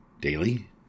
daily